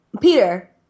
Peter